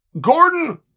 Gordon